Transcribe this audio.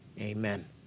Amen